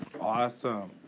Awesome